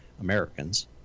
Americans